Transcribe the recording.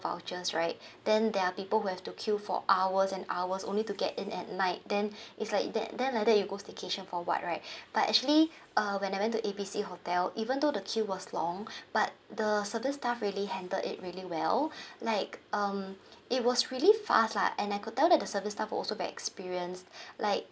vouchers right then there are people who have to queue for hours and hours only to get in at night then it's like then then like that you go for staycation for what right but actually uh when I went to A B C hotel even though the queue was long but the service staff really handled it really well like um it was really fast lah and I could tell that the service staff was also very experienced like